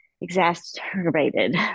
exacerbated